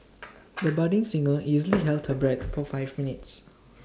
the budding singer easily held her breath for five minutes